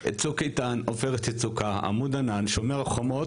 את צוק איתן, עופרת יצוקה, עמוד ענן, שומר חומות.